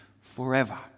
forever